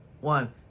one